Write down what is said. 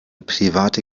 private